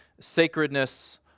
sacredness